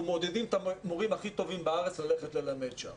מעודדים את המורים הכי טובים בארץ ללכת ללמד שם.